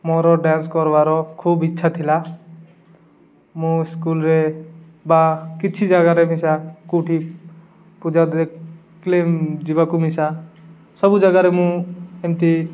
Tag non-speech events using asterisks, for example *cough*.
ମୋର ଡ୍ୟାନ୍ସ କର୍ବାର୍ ଖୁବ୍ ଇଚ୍ଛା ଥିଲା ମୁଁ ସ୍କୁଲରେ ବା କିଛି ଜାଗାରେ ମିଶା କେଉଁଠି ପୂଜା *unintelligible* ଯିବାକୁ ମିଶା ସବୁ ଜାଗାରେ ମୁଁ ଏମ୍ତି